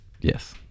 Yes